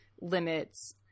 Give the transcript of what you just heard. limits